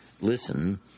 listen